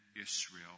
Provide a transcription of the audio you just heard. Israel